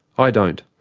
i don't.